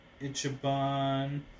Ichiban